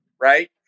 right